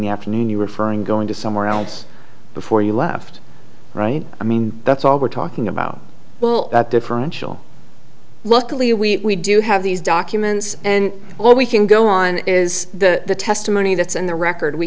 the afternoon you referring going to somewhere else before you left right i mean that's all we're talking about well that differential luckily we do have these documents and all we can go on is the testimony that's in the record we